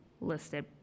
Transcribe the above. listed